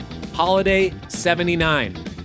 HOLIDAY79